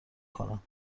کنم